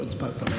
לא הצבעת.